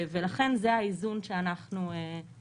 ולכן זה האיזון שבחרנו.